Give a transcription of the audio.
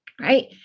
right